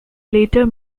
later